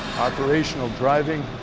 operational driving,